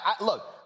Look